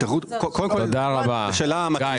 גיא, באמת, לא.